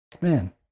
Man